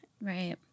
Right